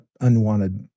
unwanted